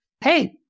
hey